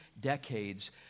decades